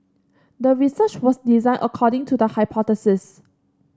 the research was designed according to the hypothesis